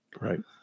Right